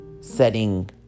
setting